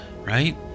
Right